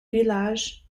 village